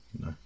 No